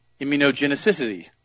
immunogenicity